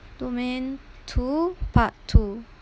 domain two part two